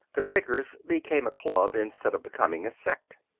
the quakers became a club instead of becoming a sect.